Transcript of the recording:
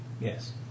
Yes